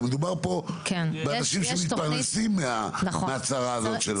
הרי מדובר פה באנשים שמתפרנסים מהצרה הזאת שלנו.